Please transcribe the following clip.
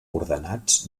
ordenats